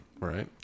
right